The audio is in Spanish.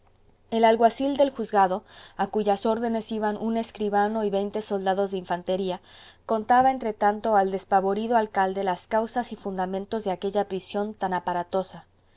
el alguacil del juzgado a cuyas órdenes iban un escribano y veinte soldados de infantería contaba entre tanto al despavorido alcalde las causas y fundamentos de aquella prisión tan aparatosa